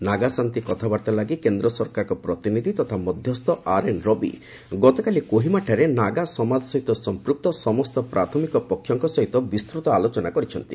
ନାଗା ଶାନ୍ତି କଥାବାର୍ତ୍ତା ଲାଗି କେନ୍ଦ୍ର ସରକାରଙ୍କ ପ୍ରତିନିଧି ତଥା ମଧ୍ୟସ୍ଥ ଆର୍ଏନ୍ ରବି ଗତକାଲି କୋହିମାଠାରେ ନାଗା ସମାଜ ସହିତ ସମ୍ପୁକ୍ତ ସମସ୍ତ ପ୍ରାଥମିକ ପକ୍ଷଙ୍କ ସହିତ ବିସ୍ତୃତ ଆଲୋଚନା କରିଛନ୍ତି